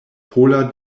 pola